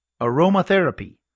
aromatherapy